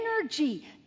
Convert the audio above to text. energy